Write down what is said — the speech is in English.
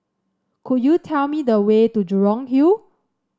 could you tell me the way to Jurong Hill